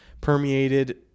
permeated